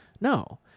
no